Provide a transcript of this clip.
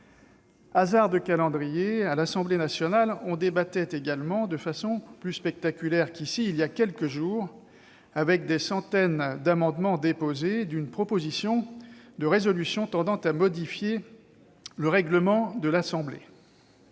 Hasard de calendrier, à l'Assemblée nationale, on débattait également, de façon plus spectaculaire qu'ici, il y a quelques jours, avec des centaines d'amendements déposés, d'une proposition de résolution tendant à modifier le règlement de celle-ci.